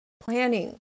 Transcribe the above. Planning